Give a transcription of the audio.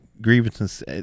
grievances